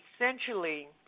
essentially